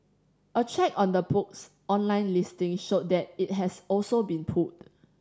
a check on the book's online listing showed that it has also been pulled